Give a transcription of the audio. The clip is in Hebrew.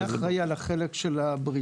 אני אחראי על החלק של הבריתות,